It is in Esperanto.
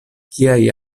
kiaj